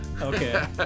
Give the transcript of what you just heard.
Okay